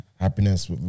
happiness